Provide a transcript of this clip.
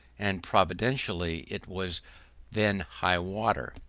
and providentially it was then high water,